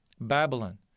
Babylon